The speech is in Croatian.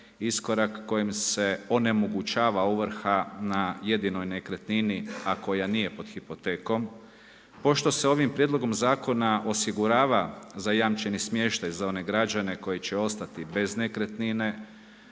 iskorak kojim se onemogućava ovrha na jedinoj nekretnini, a koja nije pod hipotekom. Pošto se ovim prijedlogom zakona zajamčeni smještaj za one građene koji će ostati bez nekretnine,